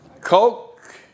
coke